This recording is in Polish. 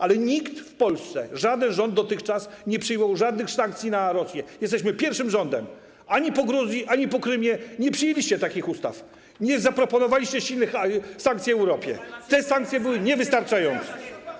Ale nikt w Polsce, żaden rząd dotychczas nie przyjął żadnych sankcji wobec Rosji, jesteśmy pod tym względem pierwszym rządem, ani po Gruzji, ani po Krymie nie przyjęliście takich ustaw, nie zaproponowaliście silnych sankcji Europie, te sankcje były niewystarczające.